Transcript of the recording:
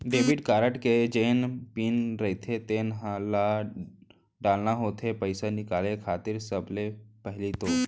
debit card के जेन PIN रहिथे तेन ल डालना होथे पइसा निकाले खातिर सबले पहिली तो